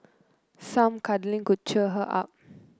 some cuddling could cheer her up